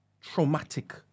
traumatic